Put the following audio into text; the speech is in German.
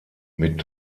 mit